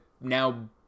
now